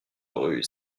rue